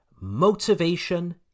Motivation